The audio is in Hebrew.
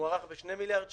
מוערך ב-2 מיליארד שקל,